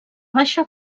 baixa